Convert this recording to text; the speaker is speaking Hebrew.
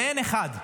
ואין אחד,